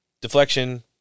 deflection